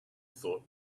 thought